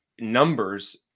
numbers